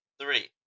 Three